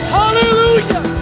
hallelujah